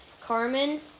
carmen